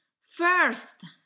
First